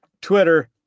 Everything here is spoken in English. Twitter